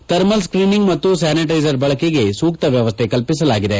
thermal screening ಮತ್ತು sanitiser ಬಳಕೆಗೆ ಸೂಕ್ತ ವ್ಯವಸ್ಥೆ ಕಲ್ಪಿಸಲಾಗಿದೆ